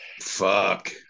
fuck